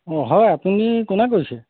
অঁ হয় আপুনি কোনে কৈছে